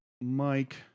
Mike